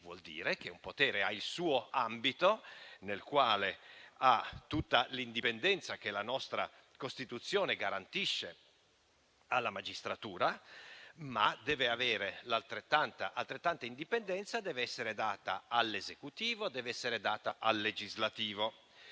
vuol dire che un potere ha il suo ambito, nel quale ha tutta l'indipendenza che la nostra Costituzione garantisce alla magistratura, ma altrettanta indipendenza deve essere data all'Esecutivo e al Legislativo.